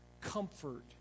Comfort